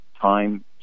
time